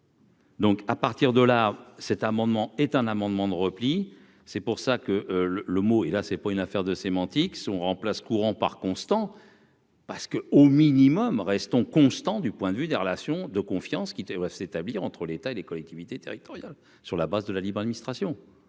Donc à partir de là, cet amendement est un amendement de repli, c'est pour ça que le le mot, et là c'est pas une affaire de sémantique remplace courant par Constant parce que, au minimum, restons constants du point de vue des relations de confiance qui était ouais s'établir entre l'État et les collectivités territoriales sur la base de la libre administration.